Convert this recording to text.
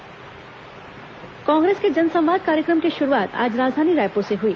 कांग्रेस जनसंवाद कांग्रेस के जनसंवाद कार्यक्रम की शुरुआत आज राजधानी रायपुर से हई